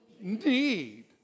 need